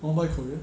I want 买 korea